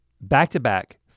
back-to-back